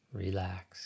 relax